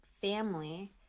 family